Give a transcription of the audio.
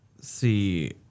see